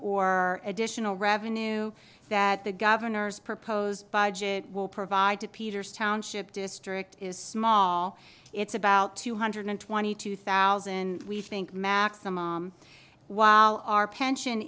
or additional revenue that the governor's proposed budget will provide to peters township district is small it's about two hundred twenty two thousand we think maximum while our pension